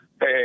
hey